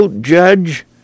Judge